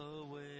away